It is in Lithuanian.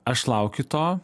aš laukiu to